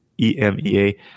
EMEA